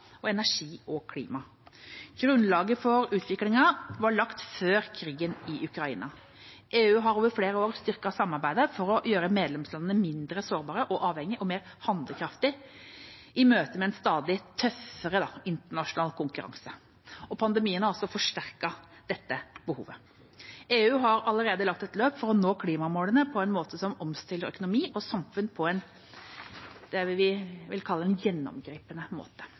og energi og klima. Grunnlaget for utviklingen var lagt før krigen i Ukraina. EU har over flere år styrket samarbeidet for å gjøre medlemslandene mindre sårbare og avhengige og mer handlekraftige i møte med en stadig tøffere internasjonal konkurranse. Pandemien har også forsterket dette behovet. EU har allerede lagt et løp for å nå klimamålene på en måte som omstiller økonomi og samfunn på det vi vil kalle en gjennomgripende måte.